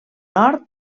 nord